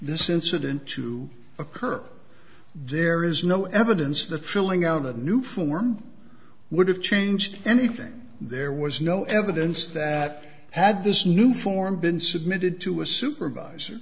this incident to occur there is no evidence that filling out a new form would have changed anything there was no evidence that had this new form been submitted to a supervisor